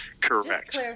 Correct